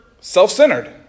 self-centered